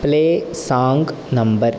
play song number